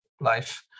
life